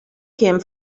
came